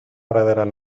praderas